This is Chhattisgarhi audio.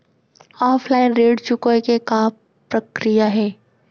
ऑफलाइन ऋण चुकोय के का प्रक्रिया हे?